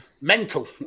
mental